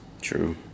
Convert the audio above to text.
true